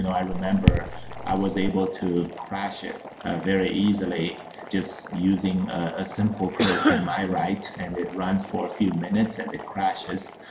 i remember i was able to crash it very easily just using a simple program i write, and it runs for a few minutes and it crashes.